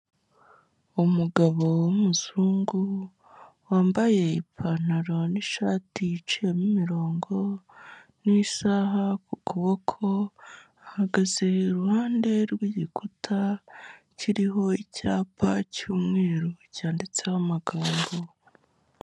Umugabo w'umuzungu wambaye ipantaro n'ishati icayemo imirongo n'isaha ku kuboko, ahagaze iruhande rw'igikuta kiriho icyapa cy'umweru cyanditseho amagambo.